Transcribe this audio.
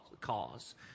cause